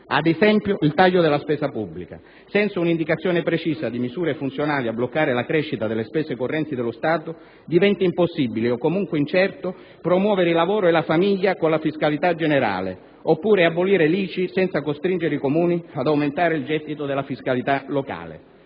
Ad esempio, il taglio della spesa pubblica. Senza una indicazione precisa di misure funzionali a bloccare la crescita delle spesi correnti dello Stato, diventa impossibile o comunque incerto promuovere il lavoro e la famiglia con la fiscalità generale, oppure abolire l'ICI senza costringere i Comuni ad aumentare il gettito della fiscalità locale.